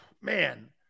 Man